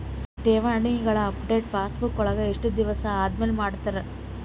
ಠೇವಣಿಗಳ update passbook ವಳಗ ಎಷ್ಟ ದಿವಸ ಆದಮೇಲೆ ಮಾಡ್ತಿರ್?